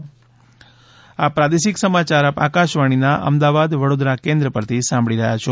corona સંદેશ આ પ્રાદેશિક સમાચાર આપ આકશવાણીના અમદાવાદ વડોદરા કેન્દ્ર પરથી સાંભળી રહ્યા છે